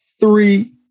three